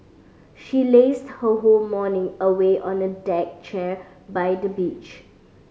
she lazed her whole morning away on a deck chair by the beach